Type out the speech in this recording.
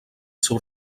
seu